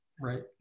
Right